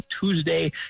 Tuesday